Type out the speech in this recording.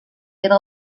era